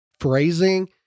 phrasing